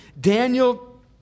Daniel